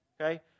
okay